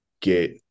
get